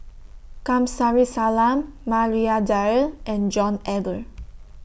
Kamsari Salam Maria Dyer and John Eber